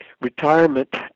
retirement